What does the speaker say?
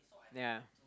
ya